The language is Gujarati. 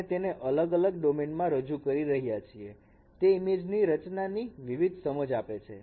આપણે તેને અલગ અલગ ડોમેનમાં રજૂ કરી રહ્યા છીએ તે ઇમેજ ની રચના ની વિવિધ સમજ આપે છે